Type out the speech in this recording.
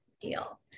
deal